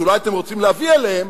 שאולי אתם רוצים להביא אליהן,